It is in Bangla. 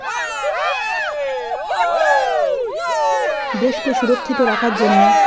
দেশকে সুরক্ষিত রাখার জন্যে